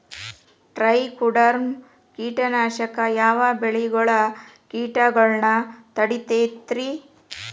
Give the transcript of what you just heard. Trichoderma ಕೇಟನಾಶಕ ಯಾವ ಬೆಳಿಗೊಳ ಕೇಟಗೊಳ್ನ ತಡಿತೇತಿರಿ?